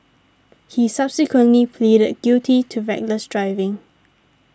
he subsequently pleaded guilty to reckless driving